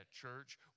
church